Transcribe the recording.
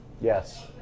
Yes